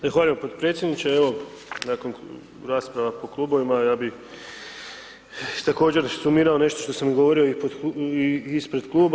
Zahvaljujem potpredsjedniče, evo nakon rasprava po klubovima, ja bi također sumirao nešto što sam i govorio i ispred kluba.